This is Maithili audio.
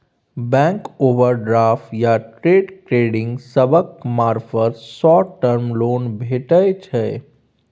बैंक ओवरड्राफ्ट या ट्रेड क्रेडिट सभक मार्फत शॉर्ट टर्म लोन भेटइ छै